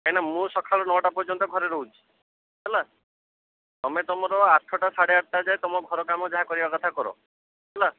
କାହିଁ ନା ମୁଁ ସକାଳୁ ନଅଟା ପର୍ଯ୍ୟନ୍ତ ଘରେ ରହୁଛି ହେଲା ତୁମେ ତୁମର ଆଠଟା ସାଢ଼େ ଆଠଟା ଯାଏଁ ତୁମ ଘର କାମ ଯାହା କରିବା କଥା କର ହେଲା